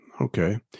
Okay